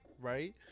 right